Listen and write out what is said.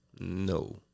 No